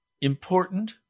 important